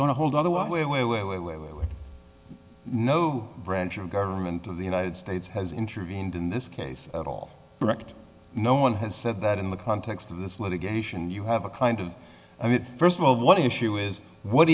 going to hold otherwise way way way way way way way no branch of government of the united states has intervened in this case at all direct no one has said that in the context of this litigation you have a kind of i mean first of all what issue is what